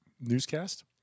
newscast